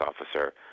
officer